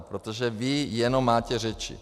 Protože vy jenom máte řeči.